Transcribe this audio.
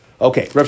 Okay